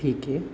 ठीक आहे